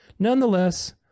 Nonetheless